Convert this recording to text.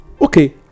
Okay